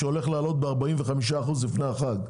שהולך לעלות ב-12 אחוזים לפני החג.